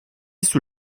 sous